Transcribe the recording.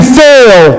fail